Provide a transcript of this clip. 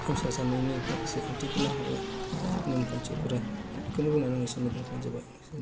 संसार जानायनि माखासे ओंथिगोनां नेमखान्थिफोरा बेखौनो बुंनानै आं एसेआवनो दोनथ'नाय जाबाय